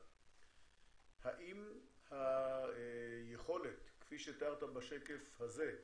האם היכולת, כפי שתיארת בשקף הזה,